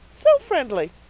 so friendly.